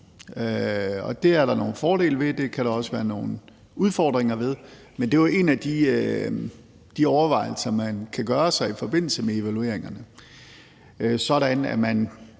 Det er der nogle fordele ved, og det kan der også være nogle udfordringer ved. Men det er en af de overvejelser, man kan gøre sig i forbindelse med evalueringerne,